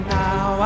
now